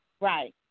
Right